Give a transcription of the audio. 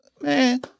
man